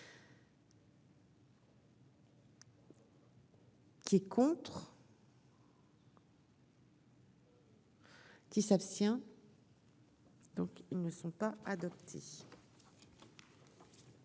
Qui est pour. Qui s'abstient. Donc ils ne sont pas adoptés.